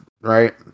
right